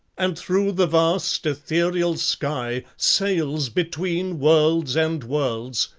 and through the vast ethereal sky sails between worlds and worlds,